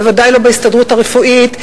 בוודאי לא בהסתדרות הרפואית,